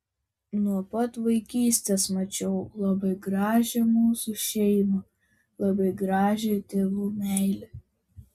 nuo pat vaikystės mačiau labai gražią mūsų šeimą labai gražią tėvų meilę